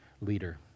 leader